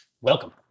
Welcome